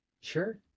Sure